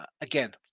Again